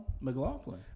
McLaughlin